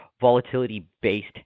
volatility-based